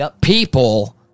people